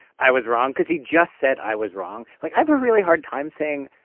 i was wrong, cause he just said, i was wrong? like, i have a really hard time saying,